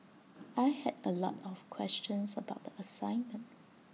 I had A lot of questions about the assignment